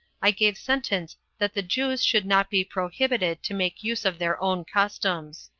i gave sentence that the jews should not be prohibited to make use of their own customs.